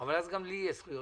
אבל אז גם לי יהיו זכויות